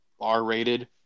R-rated